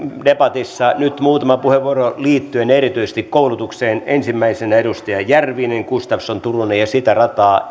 debatissa nyt muutama puheenvuoro liittyen erityisesti koulutukseen ensimmäisenä edustaja järvinen gustafsson turunen ja sitä rataa